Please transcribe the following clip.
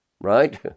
right